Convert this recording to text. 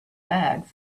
bags